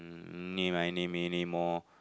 Eeny-Meeny-Miny-Moe